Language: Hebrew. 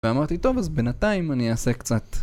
ואמרתי טוב אז בינתיים אני אעשה קצת